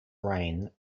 reign